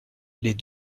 les